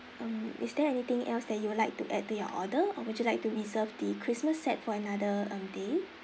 um is there anything else that you would like to add to your order or would you like to reserve the christmas set for another um day